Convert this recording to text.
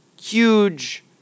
huge